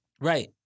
Right